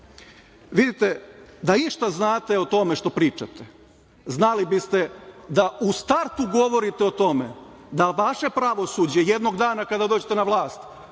itd. Vidite, da išta znate o tome što pričate, znali biste da u startu govorite o tome da vaše pravosuđe jednog dana kada dođete na vlast,